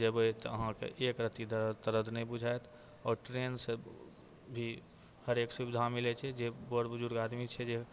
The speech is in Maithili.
जेबै तऽ अहाँके एक रत्ती दरद तरद नहि बुझाइत आओर ट्रेनसँ भी हरेक सुविधा मिलै छै जे बड़ बुजुर्ग आदमी छै जे